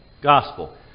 gospel